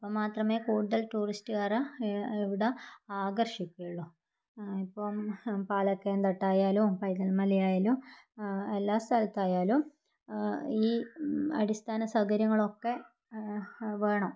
അപ്പം മാത്രമേ കൂടുതൽ ടൂറിസ്റ്റുകാർ ഇവിടെ ആകർഷിക്കുകയുള്ളൂ ഇപ്പം പാലക്കൻത്തട്ടായാലും പൈതൽ മലയായാലും എല്ലാ സ്ഥലത്തായാലും ഈ അടിസ്ഥാന സൗകര്യങ്ങളൊക്കെ വേണം